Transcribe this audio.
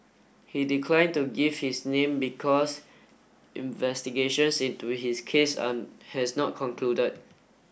he declined to give his name because investigations into his case are has not concluded